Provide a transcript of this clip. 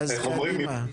איך אומרים?